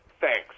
Thanks